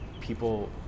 people